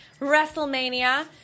WrestleMania